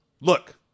look